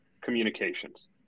communications